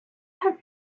have